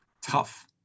tough